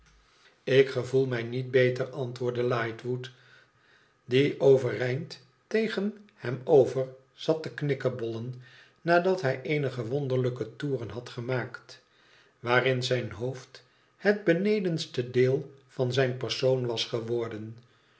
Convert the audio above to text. ilk gevoel mij niet beter antwoordde lightwood die overeind tegen hem over zat te knikkebollen nadat hij eenige wonderlijke toeren had gemaakt waarin zijn hoofd het benedenste deel van zijn persoon was geworden